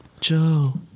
Joe